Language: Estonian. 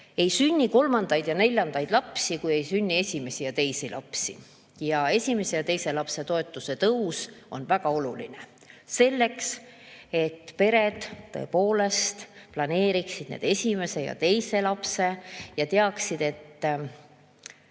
ei sünni kolmandaid ja neljandaid lapsi, kui ei sünni esimesi ja teisi lapsi. Ja esimese ja teise lapse toetuse tõus on väga oluline selleks, et pered tõepoolest planeeriksid esimese ja teise lapse ja teaksid, et